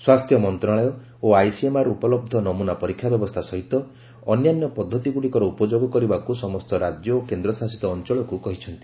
ସ୍ୱାସ୍ଥ୍ୟମନ୍ତ୍ରଣାଳୟ ଓ ଆଇସିଏମ୍ଆର ଉପଲବ୍ଧ ନମ୍ରନା ପରୀକ୍ଷା ବ୍ୟବସ୍ଥା ସହିତ ଅନ୍ୟାନ୍ୟ ପଦ୍ଧତିଗୁଡ଼ିକର ଉପଯୋଗ କରିବାକୁ ସମସ୍ତ ରାଜ୍ୟ ଓ କେନ୍ଦ୍ରଶାସିତ ଅଞ୍ଚଳକ୍ କହିଚ୍ଚନ୍ତି